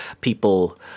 People